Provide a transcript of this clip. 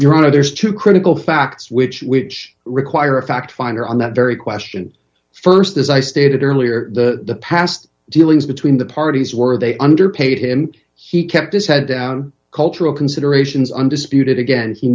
your honor there's two critical facts which which require a fact finder on that very question st as i stated earlier the past dealings between the parties were they underpaid him he kept his head down cultural considerations undisputed again he